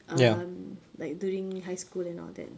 um like during high school and all that